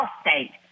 state